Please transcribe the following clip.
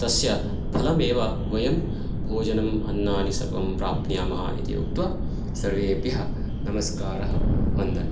तस्य फलमेव वयं भोजनम् अन्नानि सर्वं प्राप्नुयामः इति उक्त्वा सर्वेभ्यः नमस्कारः वन्दनम्